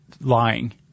lying